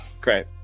great